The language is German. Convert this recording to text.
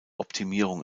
optimierung